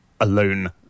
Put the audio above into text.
alone